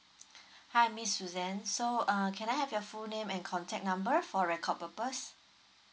hi miss susan so uh can I have your full name and contact number for record purpose